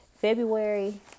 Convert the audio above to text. February